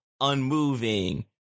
unmoving